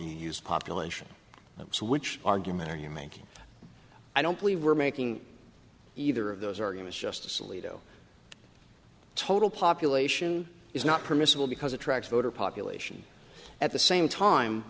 you use population them so which argument are you making i don't believe we're making either of those arguments justice alito total population is not permissible because it tracks voter population at the same time